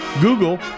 Google